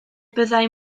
byddai